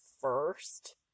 first